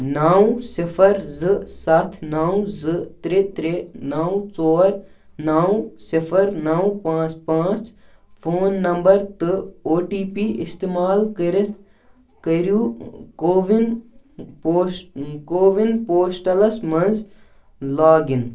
نَو صِفَر زٕ سَتھ نَو زٕ ترٛےٚ ترٛےٚ نَو ژور نَو صِفَر نَو پانٛژھ پانٛژھ فون نَمبَر تہٕ او ٹی پی استعمال کٔرِتھ کٔرِو کووِن پوس کووِن پوسٹَلَس منٛز لاگ اِن